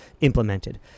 implemented